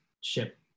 ship